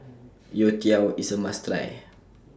Youtiao IS A must Try